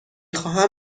خواهم